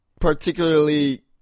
particularly